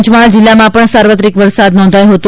પંચમહાલ જિલ્લામાં પણ સાર્વત્રિક વરસાદ નોંધાયો છે